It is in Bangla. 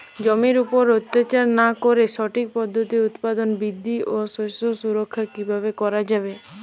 জমির উপর অত্যাচার না করে সঠিক পদ্ধতিতে উৎপাদন বৃদ্ধি ও শস্য সুরক্ষা কীভাবে করা যাবে?